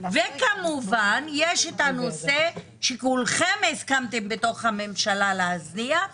כמובן יש את הנושא שכולכם בתוך הממשלה הסכמתם,